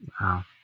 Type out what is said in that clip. Wow